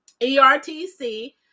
ertc